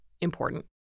important